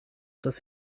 das